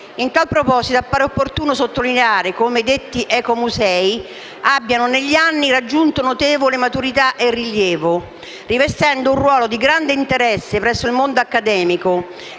A tale proposito appare opportuno sottolineare come detti ecomusei abbiano negli anni raggiunto notevole maturità e rilievo, rivestendo un ruolo di grande interesse presso il mondo accademico, le